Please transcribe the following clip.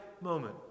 moment